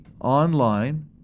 online